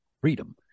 Freedom